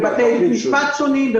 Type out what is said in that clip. בבתי משפט שונים,